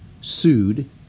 sued